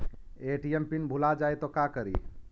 ATM pin भुला जाए तो का करी?